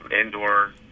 indoor